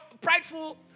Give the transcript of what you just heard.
prideful